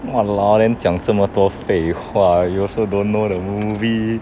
!walao! then 讲这么多废话 you also don't know the movie